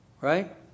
right